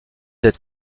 être